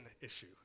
issue